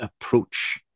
approach